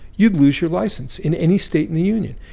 you'd lose your license in any state in the union.